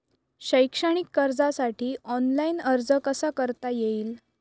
शैक्षणिक कर्जासाठी ऑनलाईन अर्ज कसा करता येईल?